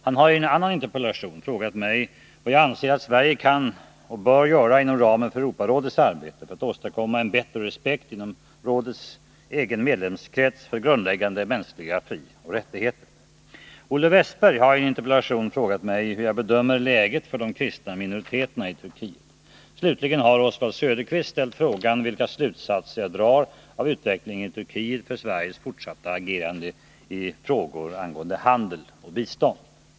Han har i en annan interpellation frågat mig vad jag anser att Sverige kan och bör göra inom ramen för Europarådets arbete för att åstadkomma en bättre respekt inom rådets egen medlemskrets för grundläggande mänskliga frioch rättigheter. Olle Wästberg i Stockholm har i en interpellation frågat mig hur jag bedömer läget för de kristna minoriteterna i Turkiet. Slutligen har Oswald Söderqvist ställt frågan vilka slutsatser jag drar av utvecklingen i Turkiet för Sveriges fortsatta agerande i frågor angående handel och bistånd.